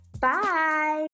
Bye